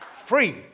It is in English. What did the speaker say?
free